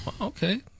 Okay